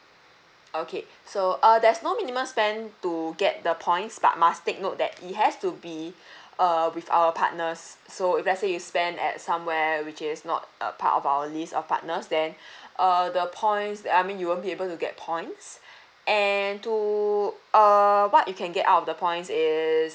okay so uh there's no minimum spend to get the points but must take note that it has to be err with our partners so if let's say you spend at somewhere which is not part of our list of partners then err the points I mean you won't be able to get points and to err what you can get out of the points is err